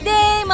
Day